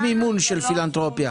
יש מימון של פילנתרופיה.